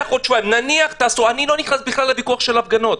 אני לא נכנס בכלל לוויכוח על ההפגנות.